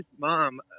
mom